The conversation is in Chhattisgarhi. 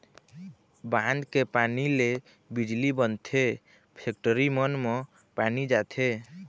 बांध के पानी ले बिजली बनथे, फेकटरी मन म पानी जाथे